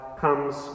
comes